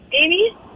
Amy